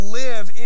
live